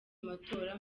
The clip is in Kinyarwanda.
matora